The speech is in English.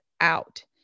out